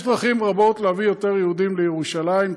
יש דרכים רבות להביא יותר יהודים לירושלים,